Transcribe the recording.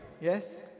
yes